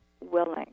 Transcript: willing